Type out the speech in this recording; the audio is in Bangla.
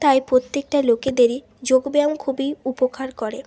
তাই প্রত্যেকটাই লোকেদেরই যোগব্যায়াম খুবই উপকার করে